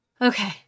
Okay